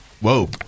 whoa